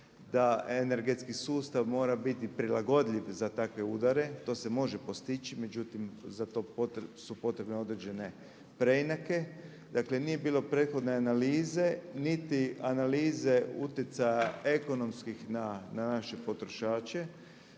da energetski sustav mora biti prilagodljiv za takve udare, to se može postići, međutim za to su potrebne određene preinake. Dakle nije bilo prethodne analize, niti analize utjecaja ekonomskih na naše potrošače.